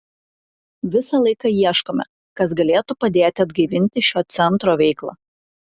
visą laiką ieškome kas galėtų padėti atgaivinti šio centro veiklą